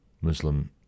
Muslim